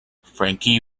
frankie